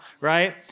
right